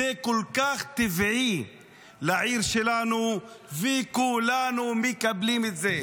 זה כל כך טבעי לעיר שלנו וכולנו מקבלים את זה.